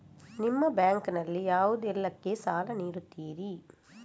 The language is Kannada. ನಿಮ್ಮ ಬ್ಯಾಂಕ್ ನಲ್ಲಿ ಯಾವುದೇಲ್ಲಕ್ಕೆ ಸಾಲ ನೀಡುತ್ತಿರಿ?